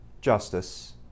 justice